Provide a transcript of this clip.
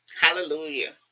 Hallelujah